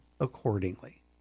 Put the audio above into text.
accordingly